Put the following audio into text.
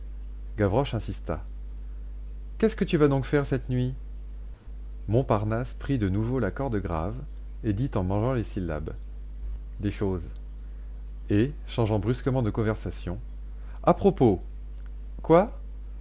gavroche insista qu'est-ce que tu vas donc faire cette nuit montparnasse prit de nouveau la corde grave et dit en mangeant les syllabes des choses et changeant brusquement de conversation à propos quoi